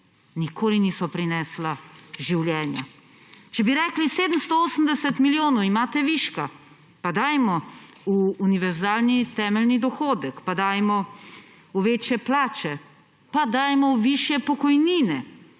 Nikoli niso prinesla življenja. Če bi rekli: »780 milijonov imate viška, pa dajmo v univerzalni temeljni dohodek, pa dajmo v večje plače, pa dajmo v višje pokojnine,